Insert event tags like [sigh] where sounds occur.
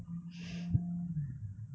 [breath]